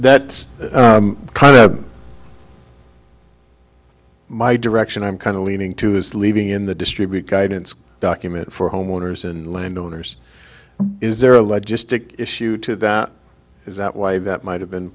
that kind of my direction i'm kind of leaning to is leaving in the distribute guidance document for homeowners and landowners is there a lie just to issue to them is that why that might have been